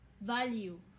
value